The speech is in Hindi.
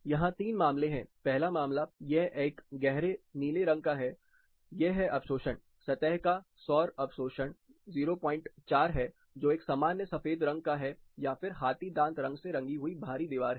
यहां तीन मामले हैं पहला मामला यह एक गहरे नीले रंग का है यह है अवशोषण सतह का सौर अवशोषण 04 है जो एक सामान्य सफेद रंग का है या फिर हाथीदांत रंग से रंगी हुई बाहरी दीवार है